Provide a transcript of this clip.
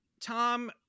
Tom